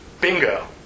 Bingo